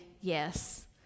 yes